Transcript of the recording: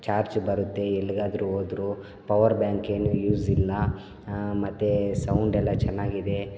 charge ಬರುತ್ತೆ ಎಲ್ಲಿಗಾದರು ಹೋದ್ರು ಪವರ್ ಬ್ಯಾಂಕೇನು ಯೂಸಿಲ್ಲ ಮತ್ತು ಸೌಂಡೆಲ್ಲ ಚೆನ್ನಾಗಿದೆ